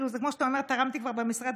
זה כמו שאתה אומר: תרמתי כבר במשרד,